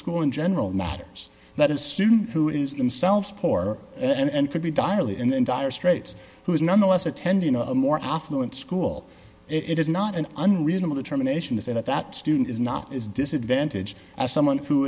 school in general matters that a student who is themselves poor and could be direly and in dire straits who is nonetheless attending a more affluent school it is not an unreasonable determination to say that that student is not as disadvantage as someone who